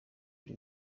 yari